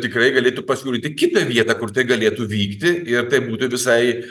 tikrai galėtų pasiūlyti kitą vietą kur tai galėtų vykti ir tai būtų visai